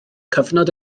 cyfnod